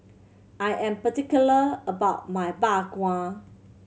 I am particular about my Bak Kwa